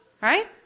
Right